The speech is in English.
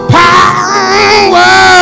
power